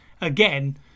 again